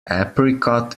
apricot